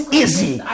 easy